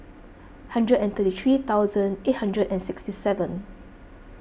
hundred and thirty three thousand eight hundred and sixty seven